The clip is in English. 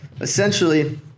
essentially